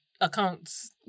accounts